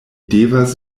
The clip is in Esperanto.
devas